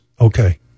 okay